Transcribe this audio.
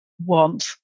Want